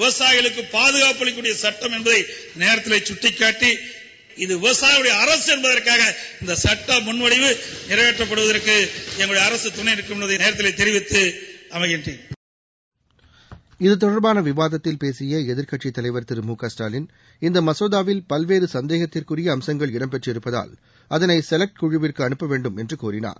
விவசாயிகளுக்கு பாதுகாப்பு அளிக்கக்கூடிய சட்டம் என்பதை இந்த நேரத்திலே கட்டிக்காட்டி இது விவசாயிகளின் அரசு என்பதற்காக இந்த சுட்ட முன்வடிவு நிறைவேற்றப்படுவதற்கு ளங்களது அரசு துணை நிற்கும் என்பதை இந்த நேரத்திலே தெரிவித்து அமர்கிறேன் இது தொடர்பான விவாதத்தில் பேசிய எதிர்க்கட்சித் தலைவர் திருமுகஸ்டாலின் இந்த மசோதாவில் பல்வேறு சந்தேகத்திற்குரிய அம்சங்கள் இடம்பெற்றிருப்பதால் அதனை செலக்ட் குழுவிற்கு அனுப்ப வேண்டும் என்று கோரினார்